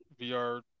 VR